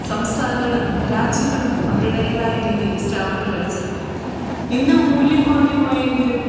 സംസ്ഥാനങ്ങളും രാജ്യങ്ങളും അവരുടേതായ രീതിയിൽ സ്റ്റാമ്പുകളടിച്ച് ഇറക്കും ഇന്ന് മൂല്യം കുറഞ്ഞ് പോയെങ്കിലും